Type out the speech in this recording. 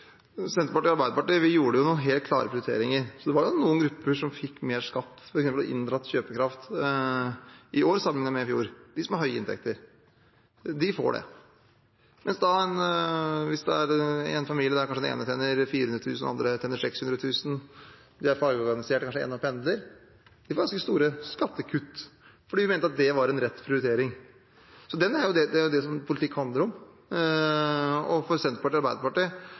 Senterpartiet og Arbeiderpartiet gjorde noen helt klare prioriteringer, så det var noen grupper som f.eks. fikk mer skatt og inndratt kjøpekraft i år sammenlignet med i fjor. Det er de som har høye inntekter, de får det. Mens i en familie der kanskje den ene tjener 400 000 kr, og den andre tjener 600 000 kr, de er fagorganiserte og kanskje den ene pendler – de får ganske store skattekutt fordi vi mente at det var en rett prioritering. Det er jo det politikk handler om. For Senterpartiet og Arbeiderpartiet